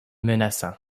menaçant